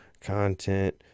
content